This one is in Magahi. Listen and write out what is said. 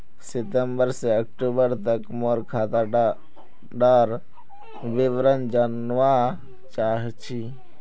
सितंबर से अक्टूबर तक मोर खाता डार विवरण जानवा चाहची?